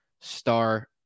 star